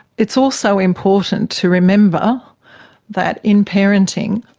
it's also important to remember that in parenting,